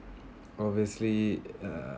obviously uh